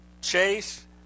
chase